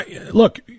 look